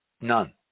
None